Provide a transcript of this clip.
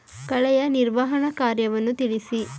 ಕಳೆಯ ನಿರ್ವಹಣಾ ಕಾರ್ಯವನ್ನು ತಿಳಿಸಿ?